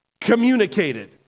communicated